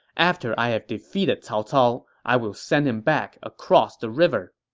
after i have defeated cao cao, i will send him back across the river.